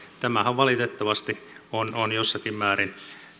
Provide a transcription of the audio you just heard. tämähän valitettavasti on on jossakin määrin